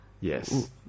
Yes